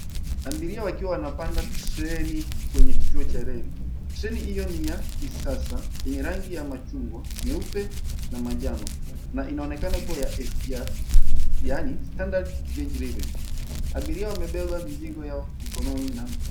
Abiria wakiwa wanapanda treni kwenye kituo cha reli. Treni iyo ni ya kisasa, yenye rangi ya machungwa, nyeupe na manjano, na inaonekana kuwa ya SGR yaani, Standard Gauge Railway. Abiria wamebeba mizigo yao mikononi na...